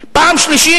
פעם שלישית,